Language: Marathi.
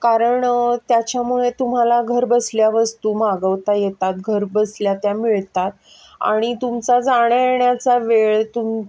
कारण त्याच्यामुळे तुम्हाला घर बसल्या वस्तू मागवता येतात घर बसल्या त्या मिळतात आणि तुमचा जाण्या येण्याचा वेळ तुम